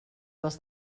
dels